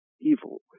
evil